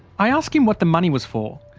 i ask him what the money was for.